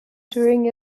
during